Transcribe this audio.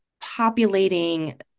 populating